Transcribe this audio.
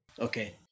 Okay